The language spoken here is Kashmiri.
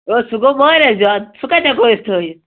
ہو سُہ گوٚو واریاہ زیادٕ سُہ کتہِ ہٮ۪کو أسۍ تھٲوِتھ